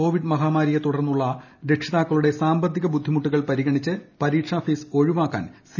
Covid മഹാമാരിയെ തുടർന്നുള്ള രക്ഷിതാക്കളുടെ സാമ്പത്തിക ബുദ്ധിമുട്ടുകൾ പരിഗണിച്ച് പരീക്ഷാഫീസ് ഒഴിവാക്കാൻ സി